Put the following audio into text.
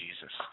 Jesus